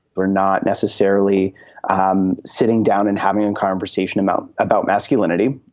we're not necessarily ah um sitting down and having a and conversation about about masculinity,